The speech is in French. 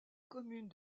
commune